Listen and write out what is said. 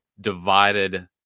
Divided